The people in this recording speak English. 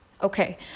Okay